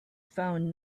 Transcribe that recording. found